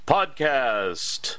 Podcast